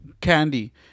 candy